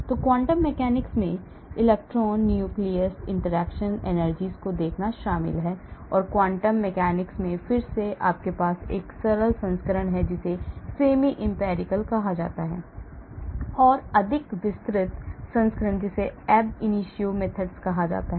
तो quantum mechanics में electrons nucleus interaction energies को देखना शामिल है और quantum mechanics में फिर से आपके पास सरल संस्करण है जिसे semi empirical कहा जाता है और अधिक विस्तृत संस्करण जिसे ab initio methods कहा जाता है